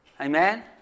Amen